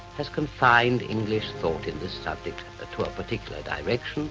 has confined english thought in this subject to a particular direction,